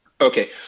Okay